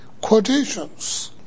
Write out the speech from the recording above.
quotations